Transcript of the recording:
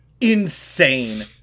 Insane